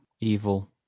evil